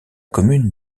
commune